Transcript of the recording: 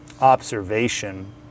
observation